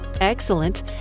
excellent